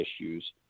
issues